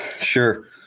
Sure